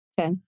Okay